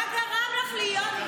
למה יש לך נטייה להגן על פושעים?